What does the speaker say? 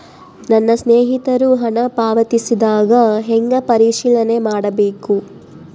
ನನ್ನ ಸ್ನೇಹಿತರು ಹಣ ಪಾವತಿಸಿದಾಗ ಹೆಂಗ ಪರಿಶೇಲನೆ ಮಾಡಬೇಕು?